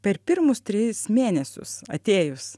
per pirmus tris mėnesius atėjus